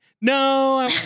No